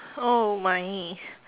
oh my